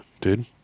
Dude